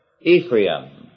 Ephraim